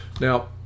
now